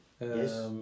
Yes